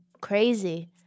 crazy